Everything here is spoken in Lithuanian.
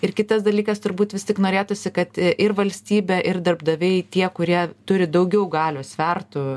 ir kitas dalykas turbūt vis tik norėtųsi kad ir valstybė ir darbdaviai tie kurie turi daugiau galios svertų